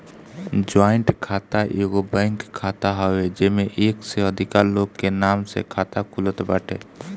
joint खाता एगो bank खाता हवे जेमे एक से अधिका लोग के नाम से खाता खुलत बाटे